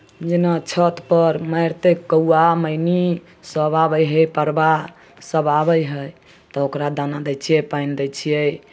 जेना छतपर मारिते कौआ मैनीसभ आबैत हइ परबासभ आबैत हइ तऽ ओकरा दाना दैत छियै पानि दैत छियै